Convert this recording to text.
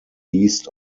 east